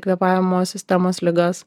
kvėpavimo sistemos ligas